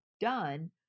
done